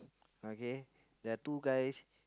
okay there are two guys